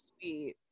sweet